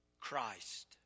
Christ